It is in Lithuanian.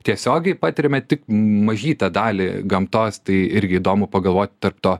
tiesiogiai patiriame tik mažytę dalį gamtos tai irgi įdomu pagalvot tarp to